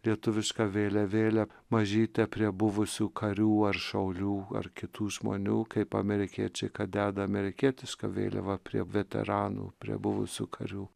lietuvišką vėliavėlę mažytę prie buvusių karių ar šaulių ar kitų žmonių kaip amerikiečiai kad deda amerikietišką vėliavą prie veteranų prie buvusių karių